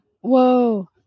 Whoa